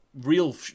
real